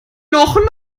noch